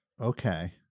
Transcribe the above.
Okay